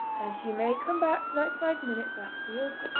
and she may come back to that five minutes after you're gone!